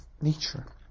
nature